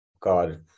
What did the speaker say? God